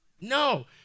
No